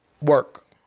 work